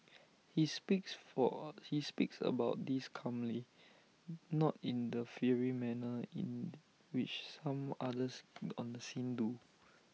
he speaks for he speaks about this calmly not in the fiery manner in which some others on the scene do